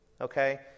okay